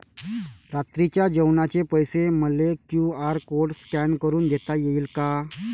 रात्रीच्या जेवणाचे पैसे मले क्यू.आर कोड स्कॅन करून देता येईन का?